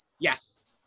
Yes